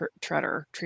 Treader